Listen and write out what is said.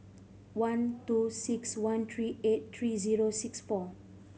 one two six one three eight three zero six four